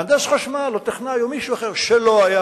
מהנדס חשמל או טכנאי או מישהו אחר שלא היה